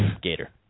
Gator